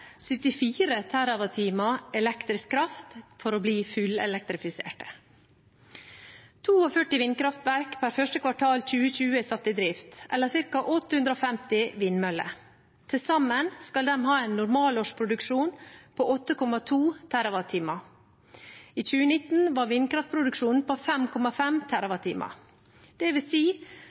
74 TWh elektrisk kraft for å bli fullelektrifiserte. 42 vindkraftverk er første kvartal 2020 satt i drift, eller ca. 850 vindmøller. Til sammen skal de ha en normalårsproduksjon på 8,2 TWh. I 2019 var vindkraftproduksjonen på 5,5